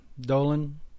Dolan